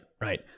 Right